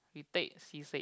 retake C six